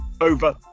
over